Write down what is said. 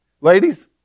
Ladies